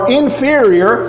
inferior